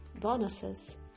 bonuses